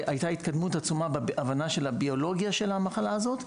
הייתה התקדמות עצומה בהבנה של הביולוגיה של המחלה הזאת,